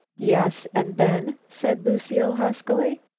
yes, and then? said lucile, huskily.